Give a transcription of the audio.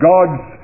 God's